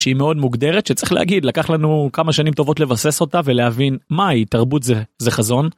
שהיא מאוד מוגדרת שצריך להגיד לקח לנו כמה שנים טובות לבסס אותה ולהבין מהי תרבות זה.. זה חזון.